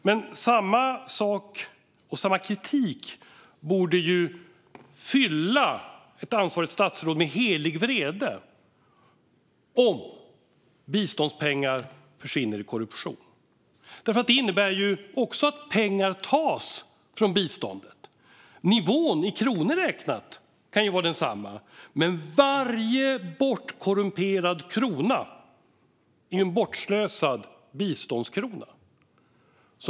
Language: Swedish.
Men helig vrede borde fylla ett ansvarigt statsråd om biståndspengar försvinner genom korruption. Det innebär ju också att pengar tas från biståndet. Nivån i kronor räknat kan vara densamma. Men varje bortkorrumperad krona är en bortslösad biståndskrona.